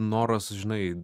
noras žinai